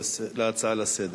ההצעה לסדר-היום.